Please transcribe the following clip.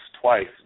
twice